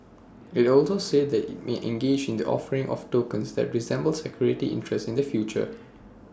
IT also said that IT may engage in the offering of tokens that resemble security interests in the future